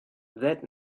that